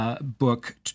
book